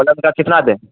کولا کا ککھا دیں